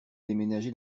déménagé